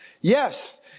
Yes